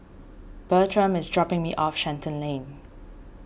Bertram is dropping me off Shenton Lane